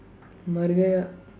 mar gaya